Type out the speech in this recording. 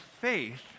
faith